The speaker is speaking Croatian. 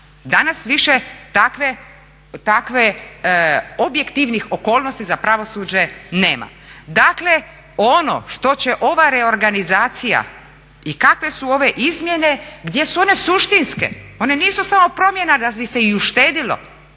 danas više takvih objektivnih okolnosti za pravosuđe nema. Dakle ono što će ova reorganizacija i kakve su ove izmjene gdje su one suštinske, one nisu samo promjena da bi se i uštedjelo